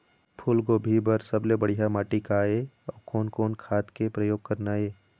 फूलगोभी बर सबले बढ़िया माटी का ये? अउ कोन कोन खाद के प्रयोग करना ये?